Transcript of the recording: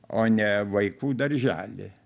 o ne vaikų darželį